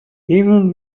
even